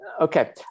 Okay